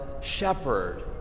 shepherd